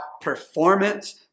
performance